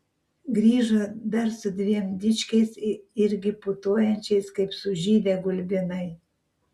grįžo dar su dviem dičkiais irgi putojančiais kaip sužydę gulbinai